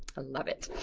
and love it.